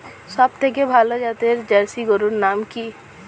সবথেকে ভালো জাতের জার্সি গরুর নাম কি?